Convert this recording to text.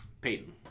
Peyton